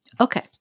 Okay